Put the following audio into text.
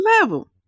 level